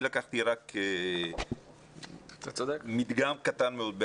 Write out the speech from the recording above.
לקחתי רק מדגם קטן מאוד.